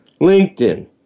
LinkedIn